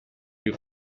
you